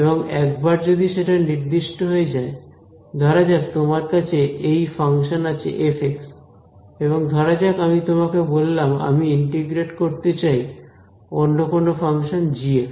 এবং একবার যদি সেটা নির্দিষ্ট হয়ে যায় ধরা যাক তোমার কাছে এই ফাংশান আছে f এবং ধরা যাক আমি তোমাকে বললাম আমি ইন্টিগ্রেট করতে চাই অন্য কোন ফাংশন g